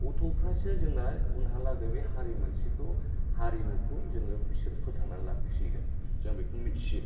गथ'फोरासो जोंना उनहालागै बे हारि मोनसेखौ हारिमुखौ जोंनि बिसोर फोथांना लाखिगोन जों बेखौ मिथियो